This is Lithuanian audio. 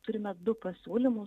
turime du pasiūlymus